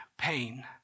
Pain